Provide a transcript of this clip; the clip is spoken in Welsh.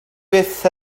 byth